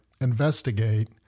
investigate